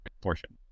portion